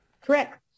Correct